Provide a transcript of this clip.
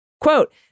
quote